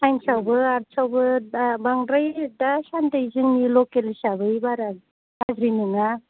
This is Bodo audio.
साइन्सआवबो आर्टसआवबो दा बांद्राय दा सान्दि जोंनि लकेल हिसाबै बारा गाज्रि नङा